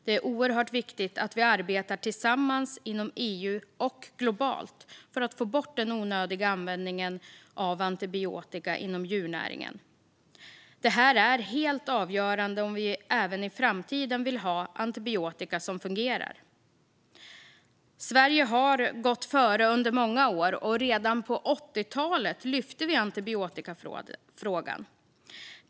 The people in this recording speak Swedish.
Det är oerhört viktigt att vi arbetar tillsammans inom EU och globalt för att få bort den onödiga användningen av antibiotika inom djurnäringen. Det här är helt avgörande om vi även i framtiden vill ha antibiotika som fungerar. Sverige har gått före under många år, och redan på 80-talet lyfte vi upp antibiotikafrågan.